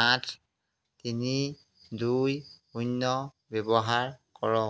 আঠ তিনি দুই শূন্য ব্যৱহাৰ কৰক